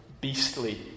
beastly